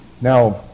Now